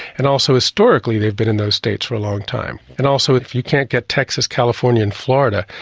and also historically they have been in those states for a long time. and also if you can't get texas, california and florida,